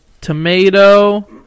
tomato